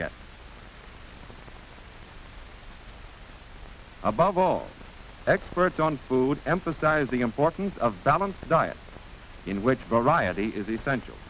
get above all the experts on food emphasize the importance of balanced diet in which variety is essential